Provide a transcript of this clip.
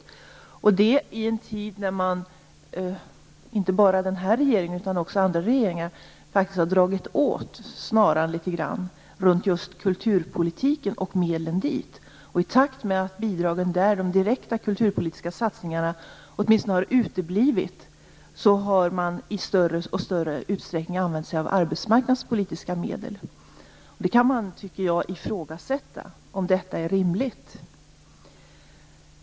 Detta har skett i en tid när inte bara den här regeringen utan även andra regeringar faktiskt har dragit åt snaran litet grand runt just kulturpolitiken och medlen dit. I takt med att av direkta kulturpolitiska satsningar har uteblivit har man i allt större utsträckning använt sig av arbetsmarknadspolitiska medel. Man kan ifrågasätta om detta är rimligt.